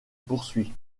poursuit